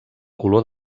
color